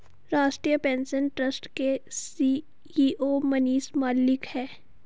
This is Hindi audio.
राष्ट्रीय पेंशन ट्रस्ट के सी.ई.ओ मनीष मलिक है